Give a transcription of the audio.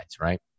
right